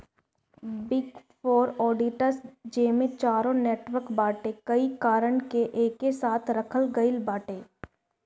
big four auditors जेमे चारो network बाटे कई कारण से एके साथे रखल गईल बाटे